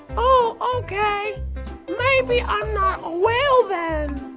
oh, okay maybe i'm not a whale then,